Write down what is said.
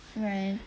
right